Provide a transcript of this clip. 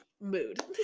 mood